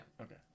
Okay